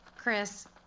Chris